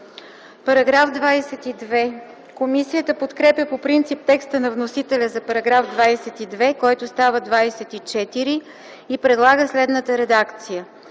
МИХАЙЛОВА: Комисията подкрепя по принцип текста на вносителя за § 22, който става § 24, и предлага следната редакция: